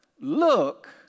look